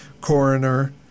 coroner